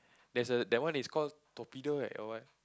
there's a that one is call torpedo right or what